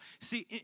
See